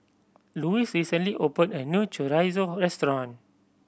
Louise recently opened a new Chorizo Restaurant